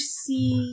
see